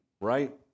right